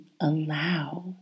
allow